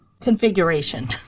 configuration